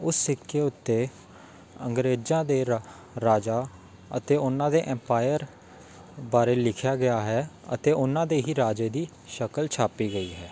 ਉਸ ਸਿੱਕੇ ਉੱਤੇ ਅੰਗਰੇਜ਼ਾਂ ਦੇ ਰ ਰਾਜਾ ਅਤੇ ਉਹਨਾਂ ਦੇ ਐਮਪਾਇਰ ਬਾਰੇ ਲਿਖਿਆ ਗਿਆ ਹੈ ਅਤੇ ਉਹਨਾਂ ਦੇ ਹੀ ਰਾਜੇ ਦੀ ਸ਼ਕਲ ਛਾਪੀ ਗਈ ਹੈ